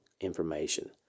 information